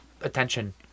attention